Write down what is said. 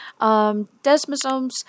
desmosomes